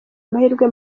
amahirwe